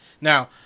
Now